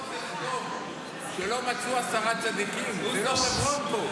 פה זה סדום שלא מצאו עשרה צדיקים, זה לא חברון פה.